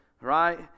right